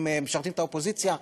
הם משרתים את האופוזיציה.